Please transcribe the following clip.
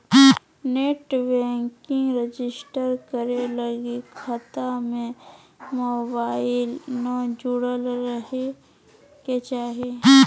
net banking register करे लगी खता में मोबाईल न जुरल रहइ के चाही